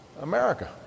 America